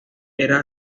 era